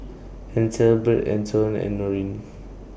Ethelbert Antone and Norene